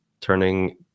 turning